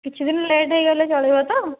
କିଛି ଦିନ ଲେଟ୍ ହୋଇଗଲେ ଚାଲିବ ତ